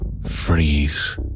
freeze